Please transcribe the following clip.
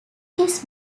his